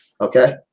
okay